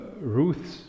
Ruth's